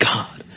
God